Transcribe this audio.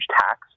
tax